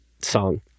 song